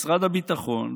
משרד הביטחון,